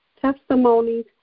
testimonies